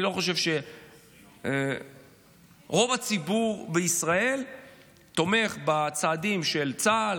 אני חושב שרוב הציבור בישראל תומך בצעדים של צה"ל,